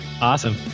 Awesome